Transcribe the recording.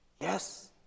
Yes